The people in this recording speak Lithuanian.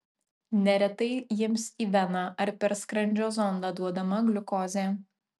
neretai jiems į veną ar per skrandžio zondą duodama gliukozė